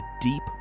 deep